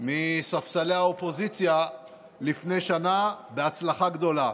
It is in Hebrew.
מספסלי האופוזיציה לפני שנה בהצלחה גדולה.